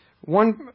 One